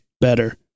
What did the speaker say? better